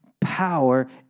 power